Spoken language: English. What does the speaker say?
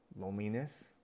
loneliness